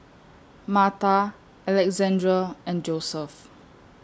Marta Alexandre and Joseph